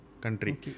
country